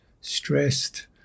stressed